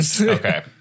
Okay